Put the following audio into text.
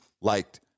liked